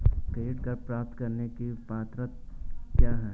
Credit card प्राप्त करने की पात्रता क्या है?